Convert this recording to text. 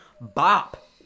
bop